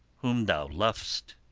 whom thou lov'st,